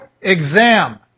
exam